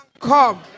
come